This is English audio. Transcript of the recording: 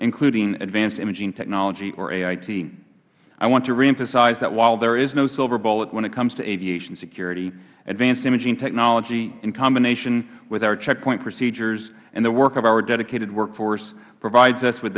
including advanced imaging technology or ait i want to reemphasize that while there is no silver bullet when it comes to aviation security advanced imaging technology in combination with our checkpoint procedures and the work of our dedicated workforce provides us with